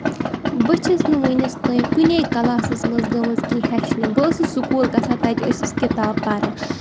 بہٕ چھَس نہٕ وُنیُک تانۍ کُنہِ کلاسس منٛز گٔمٕژ کیٚنٛہہ ہٮ۪چھنہِ بہٕ ٲسٕس سکوٗل گژھان تَتہِ ٲسٕس کِتاب پَران